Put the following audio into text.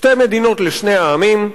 שתי מדינות לשני העמים,